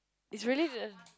it's really the